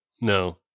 no